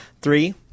Three